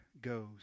goes